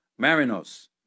Marinos